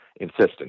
insistent